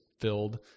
filled